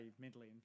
mentally